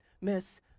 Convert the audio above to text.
miss